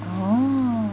oh